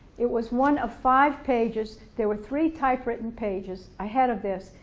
it was one of five pages there were three typewritten pages ahead of this.